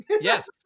Yes